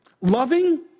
loving